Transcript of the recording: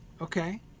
okay